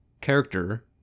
character